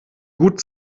gut